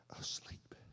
asleep